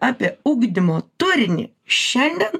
apie ugdymo turinį šiandien